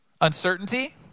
uncertainty